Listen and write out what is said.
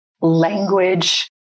language